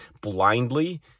blindly